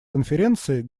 конференции